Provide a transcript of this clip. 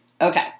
Okay